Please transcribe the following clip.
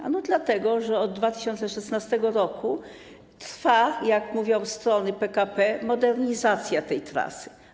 Ano dlatego, że od 2016 r. trwa - jak mówią strony PKP - modernizacja tej trasy.